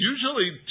Usually